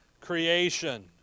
creation